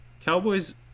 cowboys